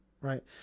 right